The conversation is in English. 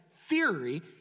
theory